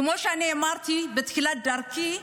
כמו שאמרתי בתחילת דרכי,